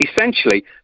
Essentially